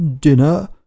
Dinner